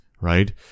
right